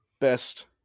Best